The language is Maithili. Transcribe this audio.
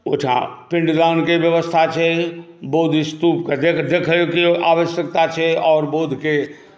ओहिठाम पिण्डदानके व्यवस्था छै बौद्धस्तूपके देखैके आवश्यकता छै और बौद्धके